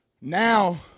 Now